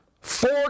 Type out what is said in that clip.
Four